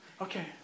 Okay